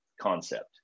concept